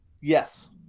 Yes